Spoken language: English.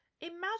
Imagine